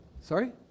Sorry